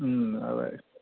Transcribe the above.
അതേ